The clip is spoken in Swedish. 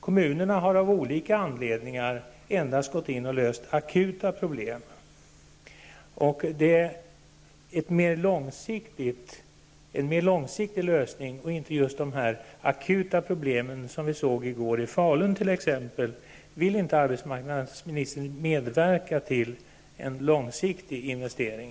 Kommunerna har av olika anledningar endast gått in och löst akuta problem -- t.ex. det som vi såg i Falun i går. Vill inte arbetsmarknadsministern medverka till en mer långsiktig investering?